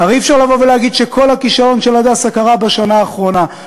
הרי אי-אפשר להגיד שכל הכישלון של "הדסה" קרה בשנה האחרונה.